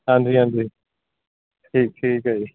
ਹਾਂਜੀ ਹਾਂਜੀ ਠੀ ਠੀਕ ਹੈ ਜੀ